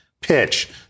pitch